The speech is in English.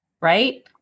Right